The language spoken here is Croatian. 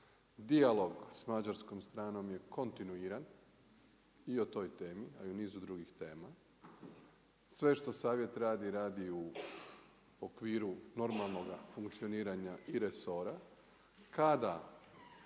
Dijalog s mađarskom stranom je kontinuiran i o toj temi, a i o nizu drugih tema. Sve što savjet radi, radi u okviru normalnoga funkcioniranja i resora.